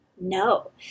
no